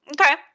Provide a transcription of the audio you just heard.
Okay